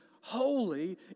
holy